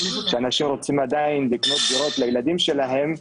כי אנשים רוצים לקנות דירות לילדים שלהם,